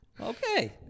Okay